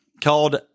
called